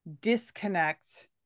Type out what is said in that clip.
disconnect